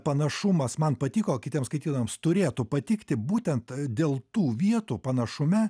panašumas man patiko o kitiem skaitytojams turėtų patikti būtent dėl tų vietų panašume